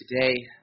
today